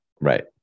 Right